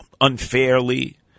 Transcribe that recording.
unfairly